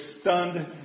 stunned